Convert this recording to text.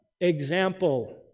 example